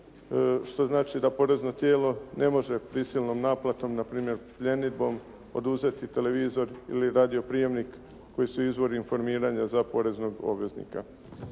što znači da porezno tijelo ne može prisilnom naplatom, npr. pljenidbom oduzeti televizor ili radio prijemnik koji su izvori informiranja za poreznog obveznika.